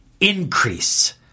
increase